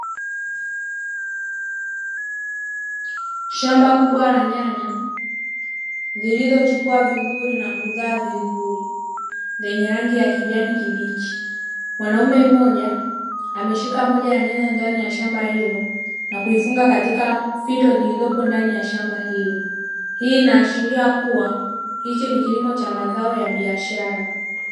Shamba kubwa la nyanya zilizochipua vizuri na kuzaa vizuri lenye rangi ya kijani kibichi. Mwanaume mmoja ameshika moja ya nyanya ndani ya shamba hilo na kuifunga katika fito zilizopo ndani ya shamba hilo, hii inaashiria kuwa hichi ni kilimo cha mazao ya biashara.